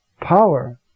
power